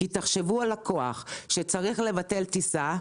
תחשבו על לקוח שצריך לבטל טיסה,